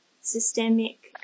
systemic